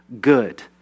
good